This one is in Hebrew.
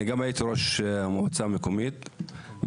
גם אני הייתי ראש מועצה מקומית בעברי.